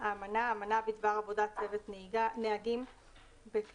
"האמנה" האמנה בדבר עבודת צוות נהגים בכלי